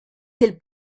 del